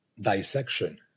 dissection